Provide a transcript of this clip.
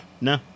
No